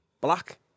black